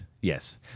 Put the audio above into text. Yes